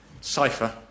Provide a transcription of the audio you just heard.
cipher